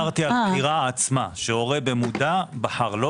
כך שהורה במודע בחר.